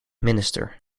minister